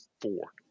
four